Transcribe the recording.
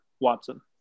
Watson